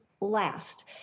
last